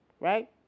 right